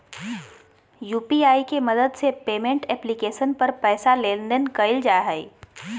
UPI के मदद से पेमेंट एप्लीकेशन पर पैसा लेन देन कइल जा हइ